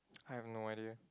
I have no idea